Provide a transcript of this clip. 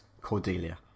Cordelia